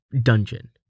dungeon